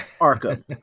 ARCA